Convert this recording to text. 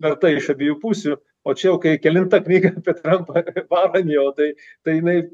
verta iš abiejų pusių o čia jau kai kelinta knyga apie trampą varo ant jo tai tai jinai